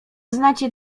znacie